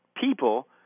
people